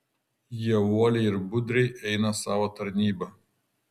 jie uoliai ir budriai eina savo tarnybą